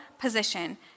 position